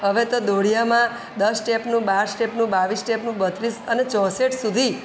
હવે તો દોઢિયામાં દસ સ્ટેપનું બાર સ્ટેપનું બાવીસ સ્ટેપનું બત્રીસ અને ચોસઠ સુધી